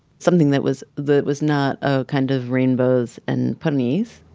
something that was that was not, oh, kind of rainbows and ponies,